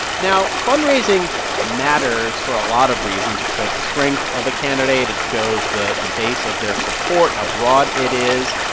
now, fundraising matters for a lot of reasons. it shows the strength of a candidate. it shows the the base of their support, how broad it is.